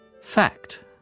Fact